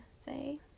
say